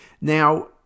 Now